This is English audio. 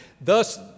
thus